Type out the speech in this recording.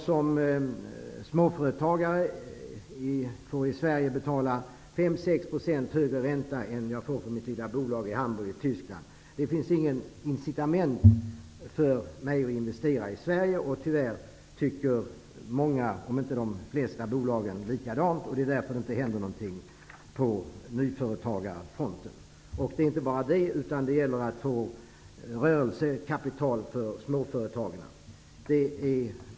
Som småföretagare får jag i Sverige betala 5-6 % högre ränta än jag får för mitt lilla bolag i Hamburg i Tyskland. Det finns inget incitament för mig att investera i Sverige. Tyvärr tycker många, om inte de flesta, bolagen likadant. Det är därför det inte händer någonting på nyföretagarfronten. Det gäller också att få rörelsekapital för småföretagen.